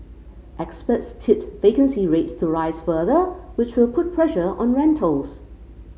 experts tipped vacancy rates to rise further which will put pressure on rentals